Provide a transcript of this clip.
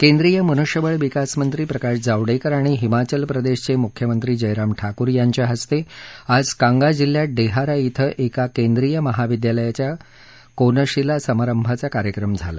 केंद्रीय मनुष्यबळ विकास मंत्री प्रकाश जावडेकर आणि हिमाचल प्रदेशचे मुख्यमंत्री जयराम ठाकूर यांच्या हस्ते आज कांगा जिल्ह्यात डेहारा श्वे एका केंद्रीय महाविद्यालयाच्या कोनशीला समारंभ झाला